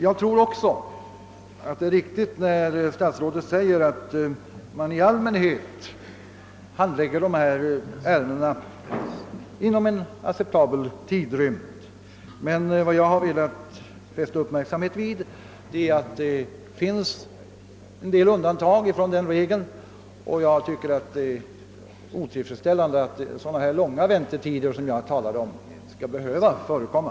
Jag tror också att det är riktigt, Som statsrådet säger, att man i allmänhet handlägger dessa ärenden inom en ACceptabel tidsrymd. Men vad jag har velat fästa uppmärksamheten på är att det finns en del undantag från den re Seln, och jag finner det otillfredsställande att så långa väntetider, som de 128 talat om skall behöva förekomma.